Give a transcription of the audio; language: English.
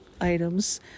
items